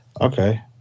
Okay